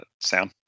sound